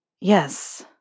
Yes